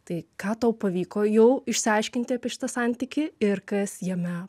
tai ką tau pavyko jau išsiaiškinti apie šitą santykį ir kas jame